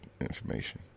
information